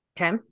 okay